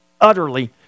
utterly